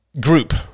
group